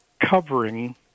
covering